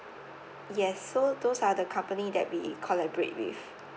yes so those are the company that we collaborate with